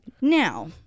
Now